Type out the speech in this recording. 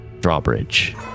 drawbridge